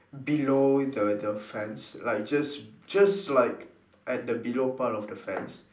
below the the fence like just just like at the below part of the fence